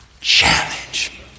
challenge